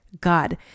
God